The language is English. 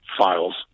files